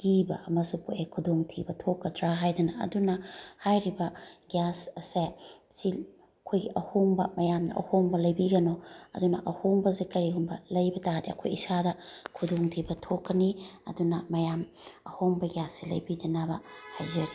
ꯑꯀꯤꯕ ꯑꯃꯁꯨ ꯄꯣꯛꯑꯦ ꯈꯨꯗꯣꯡ ꯊꯤꯕ ꯊꯣꯛꯀꯗ꯭ꯔꯥ ꯍꯥꯏꯗꯅ ꯑꯗꯨꯅ ꯍꯥꯏꯔꯤꯕ ꯒ꯭ꯌꯥꯁ ꯑꯁꯦ ꯁꯤ ꯑꯩꯈꯣꯏꯒꯤ ꯑꯍꯣꯡꯕ ꯃꯌꯥꯝꯅ ꯑꯍꯣꯡꯕ ꯂꯩꯕꯤꯒꯅꯨ ꯑꯗꯨꯅ ꯑꯍꯣꯡꯕꯁꯦ ꯀꯔꯤꯒꯨꯝꯕ ꯂꯩꯕ ꯇꯥꯔꯗꯤ ꯑꯩꯈꯣꯏ ꯏꯁꯥꯗ ꯈꯨꯗꯣꯡ ꯊꯤꯕ ꯊꯣꯛꯀꯅꯤ ꯑꯗꯨꯅ ꯃꯌꯥꯝ ꯑꯍꯣꯡꯕ ꯒ꯭ꯌꯥꯁꯁꯦ ꯂꯩꯕꯤꯗꯅꯕ ꯍꯥꯏꯖꯔꯤ